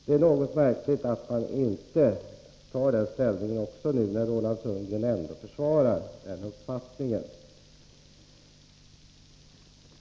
Det är något märkligt att utskottet inte tar ställning till det, när Roland Sundgren ändå försvarar den uppfattningen.